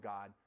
God